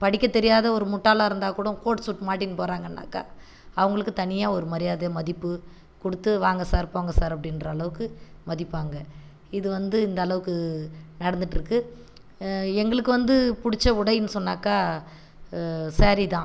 படிக்க தெரியாத ஒரு முட்டாளாருந்தால் கூட கோட் சூட் மாட்டினு போகிறாங்கனாக்க அவங்களுக்கு தனியாக ஒரு மரியாதை மதிப்பு கொடுத்து வாங்க சார் போங்க சார் அப்படின்ற அளவுக்கு மதிப்பாங்க இது வந்து இந்த அளவுக்கு நடந்துட்டுருக்கு எங்களுக்கு வந்து பிடிச்ச உடைனு சொன்னாக்க சேரீ தான்